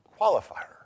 qualifier